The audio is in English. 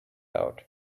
out